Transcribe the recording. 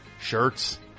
shirts